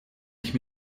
ich